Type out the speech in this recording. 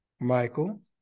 Michael